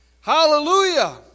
Hallelujah